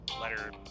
letter